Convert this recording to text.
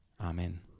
Amen